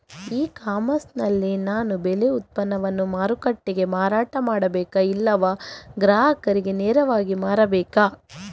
E commerce ನಲ್ಲಿ ನಾನು ಬೆಳೆ ಉತ್ಪನ್ನವನ್ನು ಮಾರುಕಟ್ಟೆಗೆ ಮಾರಾಟ ಮಾಡಬೇಕಾ ಇಲ್ಲವಾ ಗ್ರಾಹಕರಿಗೆ ನೇರವಾಗಿ ಮಾರಬೇಕಾ?